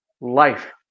life